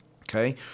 Okay